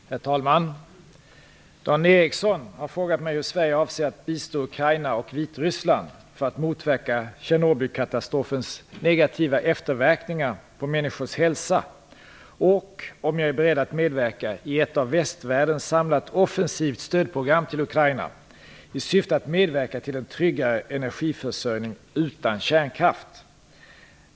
Herr talman! Dan Ericsson har frågat mig hur Sverige avser att bistå Ukraina och Vitryssland för att motverka Tjernobylkatastrofens negativa efterverkningar på människors hälsa och om jag är beredd att medverka i ett av västvärlden samlat offensivt stödprogram till Ukraina i syfte att medverka till en tryggare energiförsörjning utan kärnkraft.